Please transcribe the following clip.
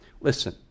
Listen